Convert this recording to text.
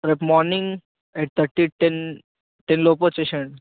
రేపు morning eight thirty ten ten లోపు వచ్చేసేయండి